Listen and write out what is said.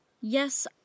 Yes